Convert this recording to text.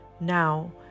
Now